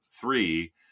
Three